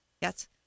Yes